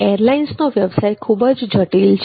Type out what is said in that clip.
એરલાઇન્સનો વ્યવસાય ખૂબ જ જટિલ છે